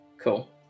Cool